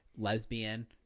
Lesbian